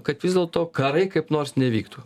kad vis dėlto karai kaip nors nevyktų